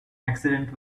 accidents